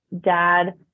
dad